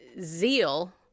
zeal